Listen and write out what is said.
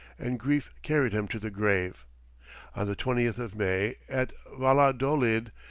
and grief carried him to the grave the twentieth of may, at valladolid,